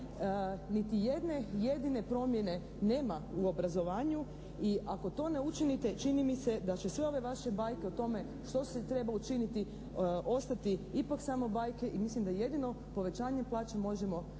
niti jedne jedine promjene nema u obrazovanju i ako to ne učinite čini mi se da će sve ove vaše bajke o tome što se treba učiniti ostati ipak samo bajke i mislim da jedino povećanjem plaća možemo